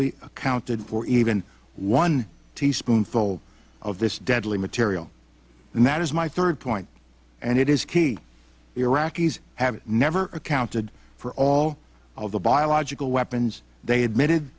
y accounted for even one teaspoon full of this deadly material and that is my third point and it is key iraqis have never accounted for all of the biological weapons they admitted